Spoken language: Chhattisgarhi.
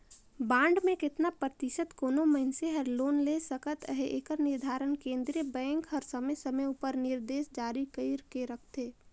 बांड में केतना परतिसत कोनो मइनसे हर लोन ले सकत अहे एकर निरधारन केन्द्रीय बेंक हर समे समे उपर निरदेस जारी कइर के रखथे